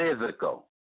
physical